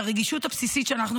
שהרגישות הבסיסית שאנחנו,